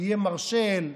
איי מרשל,